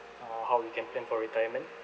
uh how you can plan for retirement